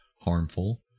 harmful